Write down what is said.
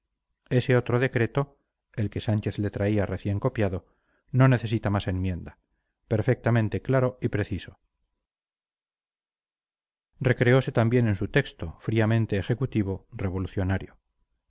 lo vea argüelles ese otro decreto el que sánchez le traía recién copiado no necesita más enmienda perfectamente claro y preciso recreose también en su texto fríamente ejecutivo revolucionario